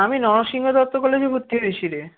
আমি নরসিংহ দত্ত কলেজে ভর্তি হয়েছি রে